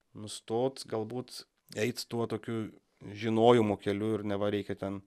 nustot galbūt eit tuo tokiu žinojimo keliu ir neva reikia ten